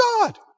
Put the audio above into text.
God